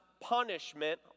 punishment